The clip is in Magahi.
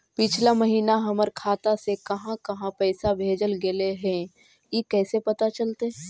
पिछला महिना हमर खाता से काहां काहां पैसा भेजल गेले हे इ कैसे पता चलतै?